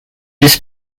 this